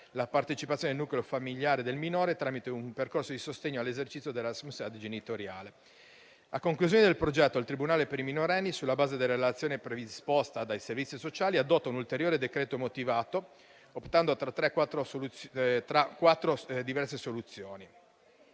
la partecipazione al nucleo familiare del minore tramite un percorso di sostegno all'esercizio della responsabilità genitoriale. A conclusione del progetto il tribunale per i minorenni, sulla base della relazione predisposta dai servizi sociali, adotta un ulteriore decreto motivato, optando tra quattro diverse soluzioni.